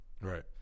Right